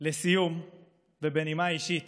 לסיום ובנימה אישית